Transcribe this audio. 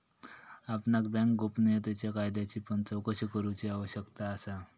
आपणाक बँक गोपनीयतेच्या कायद्याची पण चोकशी करूची आवश्यकता असा